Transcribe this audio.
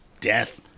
death